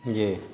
جی